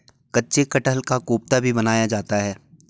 कच्चे कटहल का कोफ्ता भी बनाया जाता है